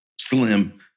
slim